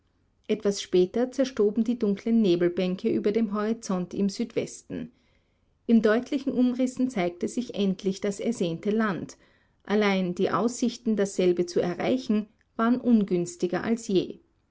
etwas später zerstoben die dunklen nebelbänke über dem horizont im südwesten in deutlichen umrissen zeigte sich endlich das ersehnte land allein die aussichten dasselbe zu erreichen waren ungünstiger als je